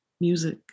music